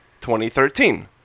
2013